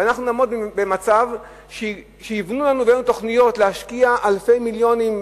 ואנחנו נעמוד במצב שיבנו לנו ויביאו לנו תוכניות להשקיע אלפי מיליונים,